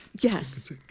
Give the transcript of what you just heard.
yes